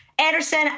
Anderson